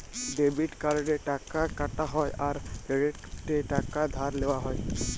debit কার্ডে টাকা কাটা হ্যয় আর ক্রেডিটে টাকা ধার লেওয়া হ্য়য়